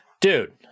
Dude